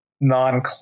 non